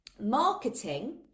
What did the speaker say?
marketing